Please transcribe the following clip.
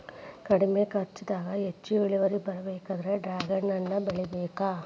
ಕಡ್ಮಿ ಕರ್ಚದಾಗ ಹೆಚ್ಚ ಇಳುವರಿ ಬರ್ಬೇಕಂದ್ರ ಡ್ರ್ಯಾಗನ್ ಹಣ್ಣ ಬೆಳಿಬೇಕ